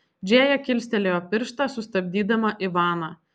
džėja kilstelėjo pirštą sustabdydama ivaną